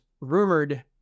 rumored